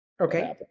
Okay